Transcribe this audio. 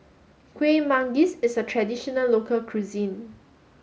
Kuih Manggis is a traditional local cuisine